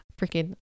freaking